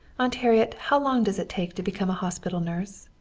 aunt harriet, how long does it take to become a hospital nurse?